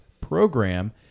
program